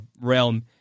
realm